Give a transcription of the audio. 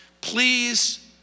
Please